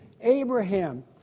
Abraham